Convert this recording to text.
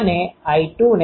તેથી તમે જુઓ કે Ψ શુ છે